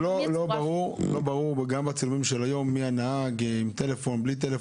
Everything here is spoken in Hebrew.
גם היום לא ברור מי הנהג, ואם הוא עם טלפון או לא.